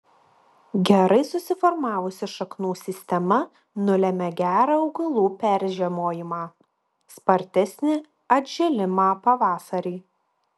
gerai susiformavusi šaknų sistema nulemia gerą augalų peržiemojimą spartesnį atžėlimą pavasarį